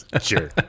Sure